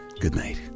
goodnight